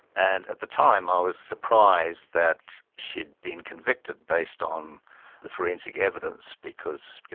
and at the time i was surprised that she'd been convicted, based on the forensic evidence, because, you